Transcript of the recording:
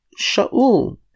Shaul